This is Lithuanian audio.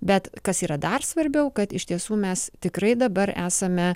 bet kas yra dar svarbiau kad iš tiesų mes tikrai dabar esame